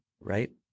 right